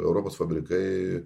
europos fabrikai